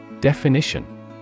Definition